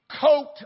coat